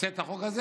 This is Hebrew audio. רוצה את החוק הזה,